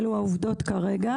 אלה העובדות כרגע.